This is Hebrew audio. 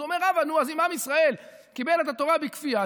אז אומר רבא: אם עם ישראל קיבל את התורה בכפייה,